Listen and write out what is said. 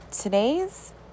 Today's